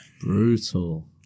Brutal